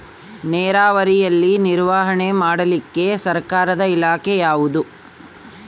ನೇರಾವರಿಯಲ್ಲಿ ನಿರ್ವಹಣೆ ಮಾಡಲಿಕ್ಕೆ ಸರ್ಕಾರದ ಇಲಾಖೆ ಯಾವುದು?